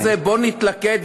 בנושא הזה בואו נתלכד,